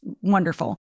wonderful